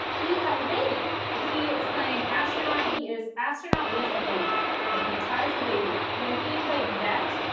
he has a baby. if he is playing astronaut, he is astronaut with a baby and he ties the baby on. when he played that,